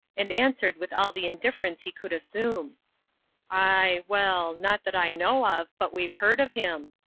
and answered with all the indifference he could assume i well, not that i know of, but we've heard of him.